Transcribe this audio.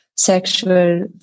sexual